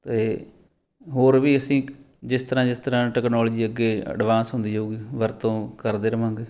ਅਤੇ ਹੋਰ ਵੀ ਅਸੀਂ ਜਿਸ ਤਰ੍ਹਾਂ ਜਿਸ ਤਰ੍ਹਾਂ ਟੈਕਨੋਲਜੀ ਅੱਗੇ ਐਡਵਾਂਸ ਹੁੰਦੀ ਜਾਵੇਗੀ ਵਰਤੋਂ ਕਰਦੇ ਰਵਾਂਗੇ